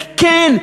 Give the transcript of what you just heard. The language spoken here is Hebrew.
וכן,